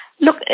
Look